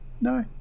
no